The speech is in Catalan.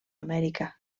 amèrica